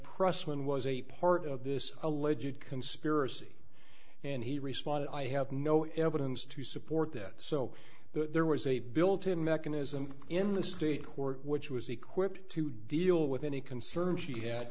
prust one was a part of this alleged conspiracy and he responded i have no evidence to support that so there was a built in mechanism in the state court which was equipped to deal with any concerns she had